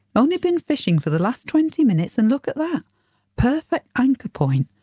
only been fishing for the last twenty minutes and look at that perfect anchor point,